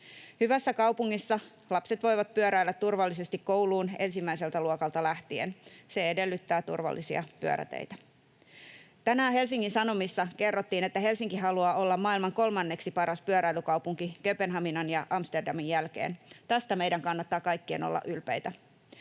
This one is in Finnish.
Hyvässä kaupungissa lapset voivat pyöräillä turvallisesti kouluun ensimmäiseltä luokalta lähtien. Se edellyttää turvallisia pyöräteitä. Tänään Helsingin Sanomissa kerrottiin, että Helsinki haluaa olla maailman kolmanneksi paras pyöräilykaupunki Kööpenhaminan ja Amsterdamin jälkeen. Tästä meidän kannattaa kaikkien olla ylpeitä.